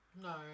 No